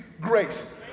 grace